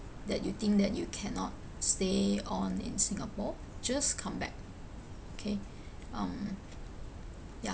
that you think that you cannot stay on in singapore just come back okay um ya